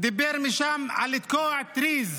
ודיבר משם על לתקוע טריז